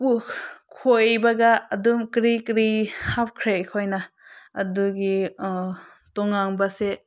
ꯈꯣꯏꯕꯒ ꯑꯗꯨꯝ ꯀꯔꯤ ꯀꯔꯤ ꯍꯥꯞꯈ꯭ꯔꯦ ꯑꯩꯈꯣꯏꯅ ꯑꯗꯨꯒꯤ ꯇꯣꯡꯉꯥꯟꯕꯁꯦ